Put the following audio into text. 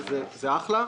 זה אחלה,